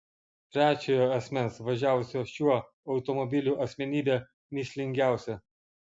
trečiojo asmens važiavusio šiuo automobiliu asmenybė mįslingiausia